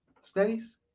studies